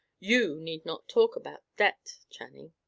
you need not talk about debt, channing.